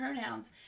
pronouns